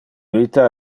vita